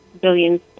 billions